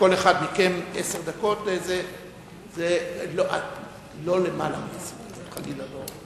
לכל אחד מכם עשר דקות, לא למעלה מעשר דקות.